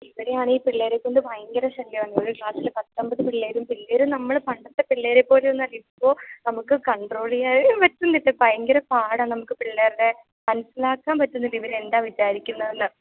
ഇവിടെയാണേ ഈ പിള്ളേരെ കൊണ്ട് ഭയങ്കര ശല്യമാ മുഴുവൻ ക്ലാസ്സിൽ പത്തമ്പത് പിള്ളേരും പിള്ളേർ നമ്മൾ പണ്ടത്തെ പിള്ളേരെപ്പോലെ ഒന്നും അല്ല ഇപ്പോൾ നമുക്ക് കണ്ട്രോള് ചെയ്യാനേ പറ്റുന്നില്ല ഭയങ്കര പാടാണ് നമുക്ക് പിള്ളേരുടെ മനസ്സിലാക്കാന് പറ്റുന്നില്ല ഇവരെന്താ വിചാരിക്കുന്നത് എന്ന്